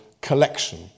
collection